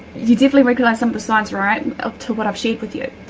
you definitely recognize some of the signs right? up to what i've shared with you.